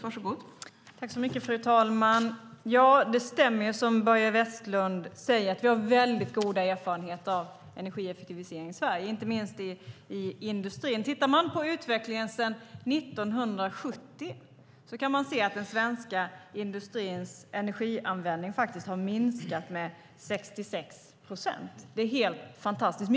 Fru talman! Det stämmer som Börje Vestlund säger att vi har väldigt goda erfarenheter av energieffektivisering i Sverige, inte minst i industrin. Tittar man på utvecklingen sedan 1970 kan man se att den svenska industrins energianvändning faktiskt har minskat med 66 procent. Det är helt fantastiskt.